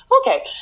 okay